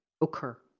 occur